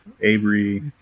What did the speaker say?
Avery